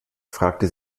fragte